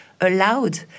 allowed